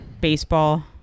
Baseball